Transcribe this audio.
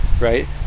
right